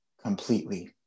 completely